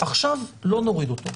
עכשיו לא נוריד אותו.